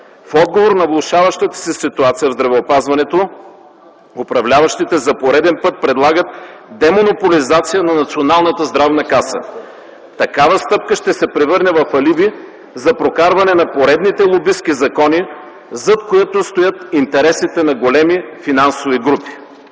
В отговор на влошаващата се ситуация в здравеопазването, управляващите за пореден път предлагат демонополизация на Националната здравноосигурителна каса. Такава стъпка ще се превърне в алиби за прокарване на поредните лобистки закони, зад които стоят интересите на големи финансови групи.